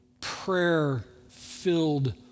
prayer-filled